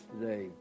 today